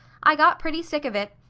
i got pretty sick of it,